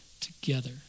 together